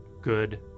good